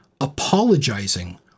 apologizing